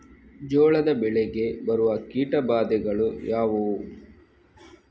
ಜೋಳದ ಬೆಳೆಗೆ ಬರುವ ಕೀಟಬಾಧೆಗಳು ಯಾವುವು?